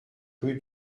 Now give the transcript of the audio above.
rue